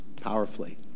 powerfully